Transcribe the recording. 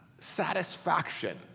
Satisfaction